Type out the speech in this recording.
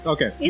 Okay